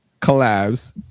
collabs